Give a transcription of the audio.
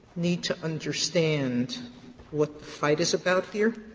need to understand what the fight is about here,